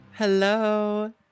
Hello